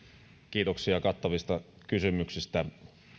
kiitoksia kattavista kysymyksistä